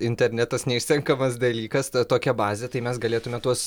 internetas neišsenkamas dalykas ta tokia bazė tai mes galėtume tuos